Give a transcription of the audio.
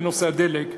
בנושא הדלק,